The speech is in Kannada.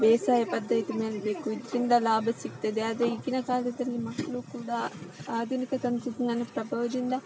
ಬೇಸಾಯ ಪದ್ಧತಿ ಮಾಡಬೇಕು ಇದರಿಂದ ಲಾಭ ಸಿಗ್ತದೆ ಆದರೆ ಈಗಿನ ಕಾಲದಲ್ಲಿ ಮಕ್ಕಳು ಕೂಡ ಆಧುನಿಕ ತಂತ್ರಜ್ಞಾನದ ಪ್ರಭಾವದಿಂದ